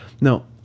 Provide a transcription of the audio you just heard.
now